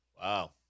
Wow